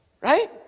Right